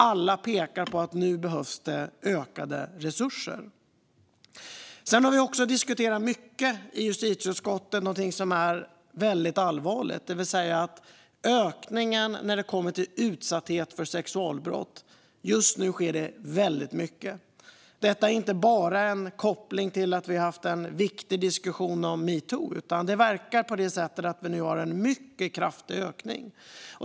Alla pekar på att det nu behövs ökade resurser. Vi har i justitieutskottet mycket diskuterat någonting som är väldigt allvarligt. Det gäller ökningen av utsatta för sexualbrott. Just nu sker det väldigt mycket. Det är inte bara en koppling till att vi har haft en viktig diskussion om meetoo. Det verkar som att vi nu har en mycket kraftig ökning.